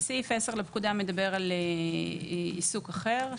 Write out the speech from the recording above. לפקודה מדבר על עיסוק אחר,